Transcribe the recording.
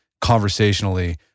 conversationally